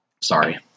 Sorry